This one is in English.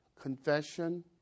confession